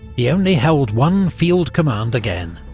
he only held one field command again